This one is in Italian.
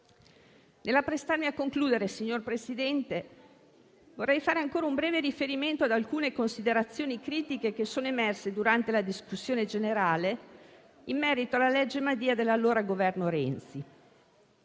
Nell'apprestarmi a concludere, signor Presidente, vorrei fare ancora un breve riferimento ad alcune considerazioni critiche che sono emerse durante la discussione generale in merito alla cosiddetta legge Madia dell'allora Governo Renzi.